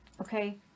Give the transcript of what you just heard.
Okay